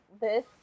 This-